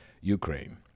Ukraine